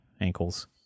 ankles